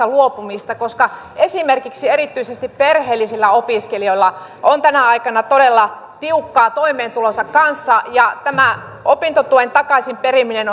luopumista koska esimerkiksi erityisesti perheellisillä opiskelijoilla on tänä aikana todella tiukkaa toimeentulonsa kanssa ja tämä opintotuen takaisinperiminen